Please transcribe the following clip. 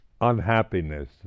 unhappiness